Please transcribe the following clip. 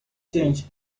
change